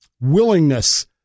willingness